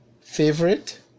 favorite